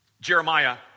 Jeremiah